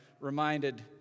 reminded